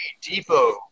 Depot